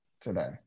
today